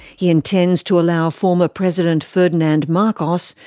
he intends to allow former president ferdinand marcos,